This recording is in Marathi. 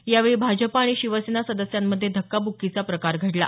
यावेळी भाजप आणि शिवसेना सदस्यांमध्ये धक्काब्रक्कीचा प्रकार घडला